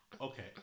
okay